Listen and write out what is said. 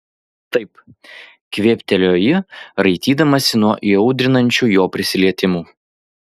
taip kvėptelėjo ji raitydamasi nuo įaudrinančių jo prisilietimų